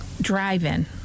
drive-in